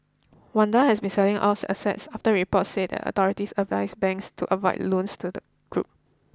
Wanda has been selling off assets after reports said the authorities advised banks to avoid loans to the group